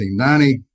1990